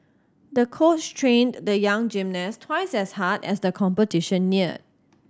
the coach trained the young gymnast twice as hard as the competition neared